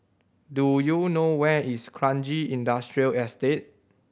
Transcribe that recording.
do you know where is Kranji Industrial Estate